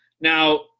Now